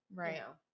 right